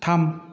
थाम